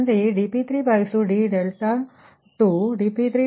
ಅಂತೆಯೇ ಇಲ್ಲಿ dP3d2 dP3d3 dP3dn